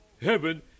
heaven